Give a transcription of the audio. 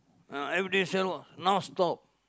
uh everyday sell ah now stop